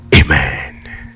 Amen